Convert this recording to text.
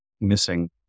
missing